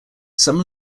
some